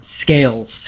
scales